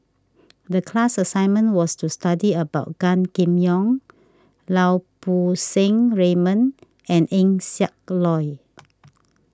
the class assignment was to study about Gan Kim Yong Lau Poo Seng Raymond and Eng Siak Loy